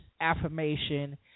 affirmation